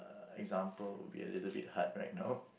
example would be a little bit hard right now